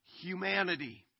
Humanity